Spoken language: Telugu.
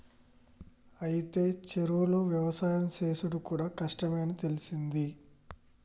అయితే చెరువులో యవసాయం సేసుడు కూడా కష్టమే అని తెలిసింది